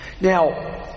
Now